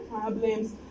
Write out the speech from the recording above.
problems